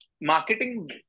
marketing